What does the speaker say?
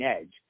edge